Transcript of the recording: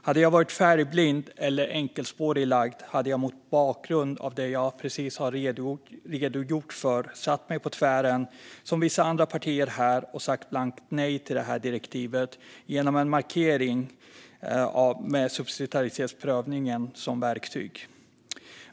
Hade jag varit färgblind eller enkelspårigt lagd hade jag mot bakgrund av det som jag precis har redogjort för satt mig på tvären, som vissa andra partier här, och sagt blankt nej till direktivet genom en markering med subsidiaritetsprövningen som verktyg.